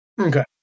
Okay